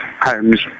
homes